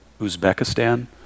Uzbekistan